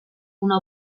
una